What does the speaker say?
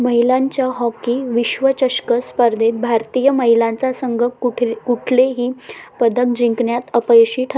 महिलांच्या हॉकी विश्वचषक स्पर्धेत भारतीय महिलांचा संघ कुठले कुठलेही पदक जिंकण्यात अपयशी ठरला